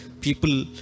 people